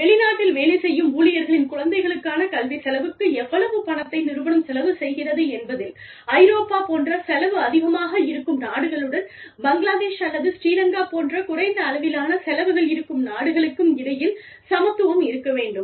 வெளிநாட்டில் வேலை செய்யும் ஊழியர்களின் குழந்தைகளுக்கான கல்வி செலவுக்கு எவ்வளவு பணத்தை நிறுவனம் செலவு செய்கிறது என்பதில் ஐரோப்பா போன்ற செலவு அதிகமாக இருக்கும் நாடுகளுடன் பங்களாதேஷ் அல்லது ஸ்ரீலங்கா போன்ற குறைந்த அளவிலான செலவுகள் இருக்கும் நாடுகளுக்கும் இடையில் சமத்துவம் இருக்க வேண்டும்